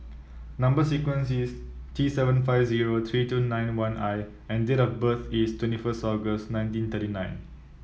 number sequence is T seven five zero three two nine one I and date of birth is twenty first August nineteen thirty nine